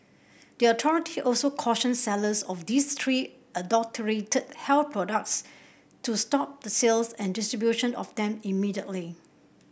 the authority also cautioned sellers of these three adulterated health products to stop the sales and distribution of them immediately